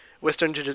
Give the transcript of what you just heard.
Western